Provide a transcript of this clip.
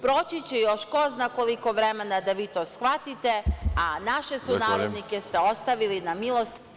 Proći će još ko zna koliko vremena da vi to shvatite, a naše sunarodnike ste ostavili na milost i nemilost…